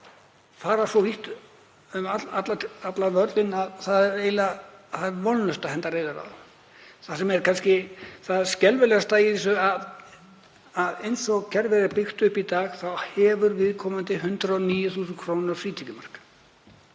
fara svo vítt um allan völlinn að það er eiginlega vonlaust að henda reiður á því. Það sem er kannski skelfilegast í þessu er að eins og kerfið er byggt upp í dag þá hefur viðkomandi 109.000 kr. frítekjumark